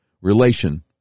relation